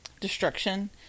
Destruction